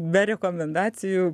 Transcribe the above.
be rekomendacijų